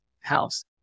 house